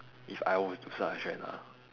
if I was to start a trend ah